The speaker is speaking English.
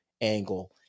angle